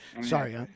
Sorry